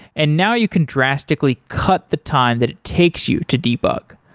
and now you can drastically cut the time that it takes you to debug.